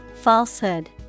Falsehood